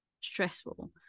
stressful